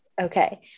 Okay